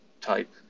type